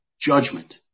Judgment